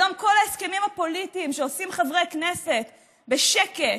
כיום כל ההסכמים הפוליטיים שעושים חברי כנסת בשקט,